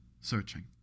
searching